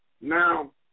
Now